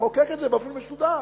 יחוקק את זה באופן מסודר.